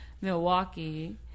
Milwaukee